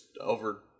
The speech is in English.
over